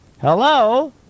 Hello